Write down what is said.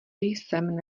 jsem